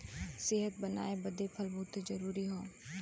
सेहत बनाए बदे फल बहुते जरूरी हौ